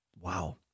Wow